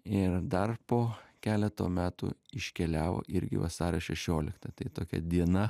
ir dar po keleto metų iškeliavo irgi vasario šešioliktą tai tokia diena